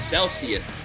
Celsius